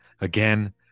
again